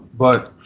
but,